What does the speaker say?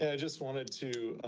ah just wanted to